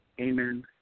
Amen